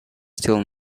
still